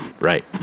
Right